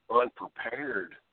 unprepared